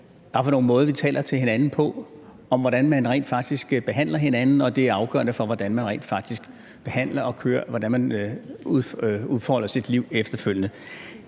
på, hvordan vi taler til hinanden, og hvordan vi rent faktisk behandler hinanden, og det er afgørende for, hvordan man rent faktisk udfolder sit liv efterfølgende.